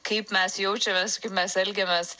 kaip mes jaučiamės kaip mes elgiamės